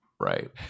Right